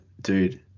dude